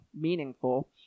meaningful